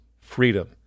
freedom